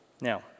Now